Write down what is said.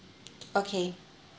okay